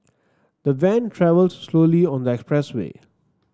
the van travelled slowly on the expressway